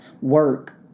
work